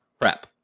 prep